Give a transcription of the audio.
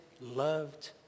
loved